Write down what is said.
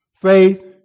faith